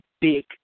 big